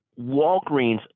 Walgreens